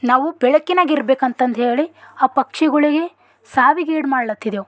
ನಾವು ಬೆಳಕಿನಾಗಿರಬೇಕು ಅಂತಂದು ಹೇಳಿ ಆ ಪಕ್ಷಿಗಳಿಗೆ ಸಾವಿಗೀಡು ಮಾಡ್ಲತ್ತಿದ್ದೇವೆ